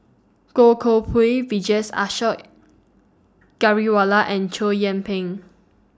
Goh Koh Pui Vijesh Ashok Ghariwala and Chow Yian Ping